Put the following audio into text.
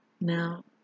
Now